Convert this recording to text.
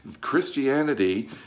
Christianity